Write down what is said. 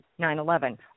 9-11